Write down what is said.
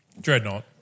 Dreadnought